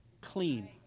Clean